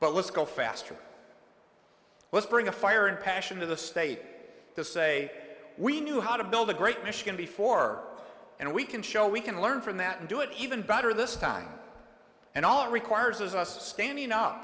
but let's go faster let's bring a fire and passion to the state to say we knew how to build a great michigan before and we can show we can learn from that and do it even better this time and all it requires is us standing up